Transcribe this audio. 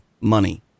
money